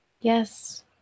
Yes